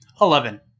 eleven